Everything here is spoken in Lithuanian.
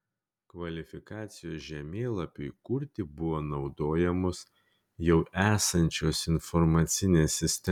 kvalifikacijos žemėlapiui kurti buvo naudojamos jau esančios informacinės sistemos